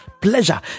Pleasure